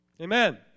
Amen